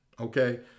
Okay